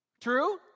True